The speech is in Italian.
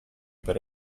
per